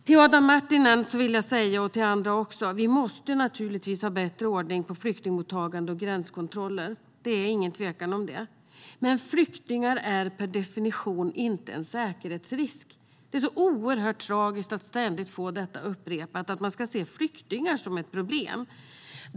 Till Adam Marttinen och också till andra vill jag säga att vi naturligtvis måste ha bättre ordning på flyktingmottagande och gränskontroller. Det är ingen tvekan om det. Men flyktingar är inte en säkerhetsrisk per definition. Det är så oerhört tragiskt att det ständigt upprepas att man ska se flyktingar som ett problem.